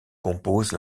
composent